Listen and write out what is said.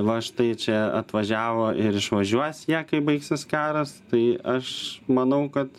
va štai čia atvažiavo ir išvažiuos jie kai baigsis karas tai aš manau kad